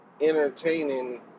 entertaining